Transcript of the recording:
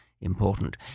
important